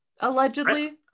allegedly